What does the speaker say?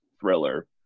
thriller